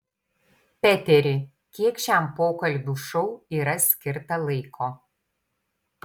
peteri kiek šiam pokalbių šou yra skirta laiko